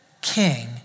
king